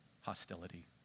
hostility